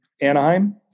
Anaheim